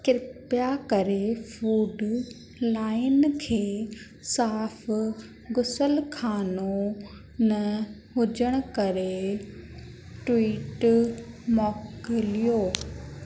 कृपा करे food line खे साफ़ु घुसलख़ानो न हुजणु करे ट्वीट मोकिलियो